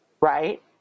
right